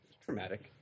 traumatic